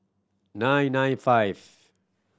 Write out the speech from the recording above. nine nine five